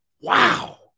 Wow